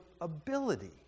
ability